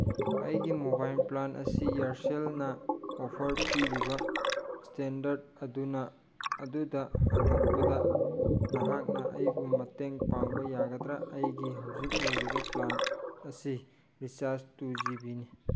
ꯑꯩꯒꯤ mobile plan ꯑꯁꯤ ꯏꯌꯔꯁꯦꯜꯅ ꯑꯣꯐꯔ ꯄꯤꯔꯤꯕ ꯏꯁꯇꯦꯟꯗꯔꯠ ꯑꯗꯨꯗ ꯍꯥꯡꯗꯣꯛꯄꯗ ꯅꯍꯥꯛꯅ ꯑꯩꯕꯨ ꯃꯇꯦꯡ ꯄꯥꯡꯕ ꯌꯥꯒꯗ꯭ꯔꯥ ꯑꯩꯒꯤ ꯍꯧꯖꯤꯛ ꯂꯩꯔꯤꯕ ꯄ꯭ꯂꯥꯟ ꯑꯁꯤ ꯔꯤꯆꯥꯔꯖ ꯇꯨ ꯖꯤꯕꯤꯅꯤ